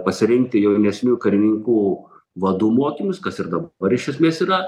pasirinkti jaunesniųjų karininkų vadų mokymus kas ir dabar iš esmės yra